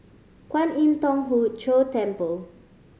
Kwan Im Thong Hood Cho Temple